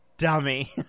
dummy